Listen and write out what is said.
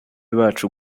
bacu